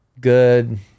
good